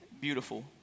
Beautiful